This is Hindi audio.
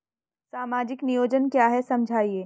सामाजिक नियोजन क्या है समझाइए?